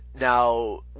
now